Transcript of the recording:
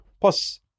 plus